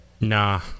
nah